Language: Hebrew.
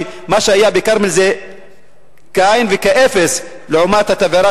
ומה שהיה בכרמל זה כאין וכאפס לעומת התבערה